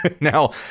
Now